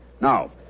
Now